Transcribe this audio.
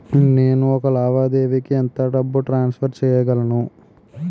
నేను ఒక లావాదేవీకి ఎంత డబ్బు ట్రాన్సఫర్ చేయగలను?